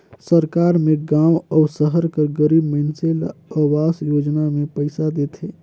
सरकार में गाँव अउ सहर कर गरीब मइनसे ल अवास योजना में पइसा देथे